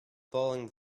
bowling